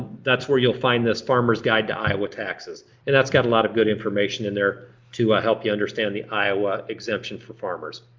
that's where you'll find this farmer's guide to iowa taxes and that's got a lot of good information in there to help you understand the iowa exemption for farmers.